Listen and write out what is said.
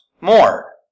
more